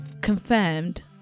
confirmed